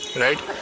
right